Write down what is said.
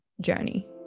journey